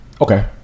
Okay